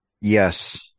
Yes